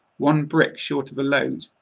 one brick short of a load,